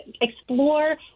explore